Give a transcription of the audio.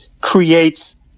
creates